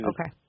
Okay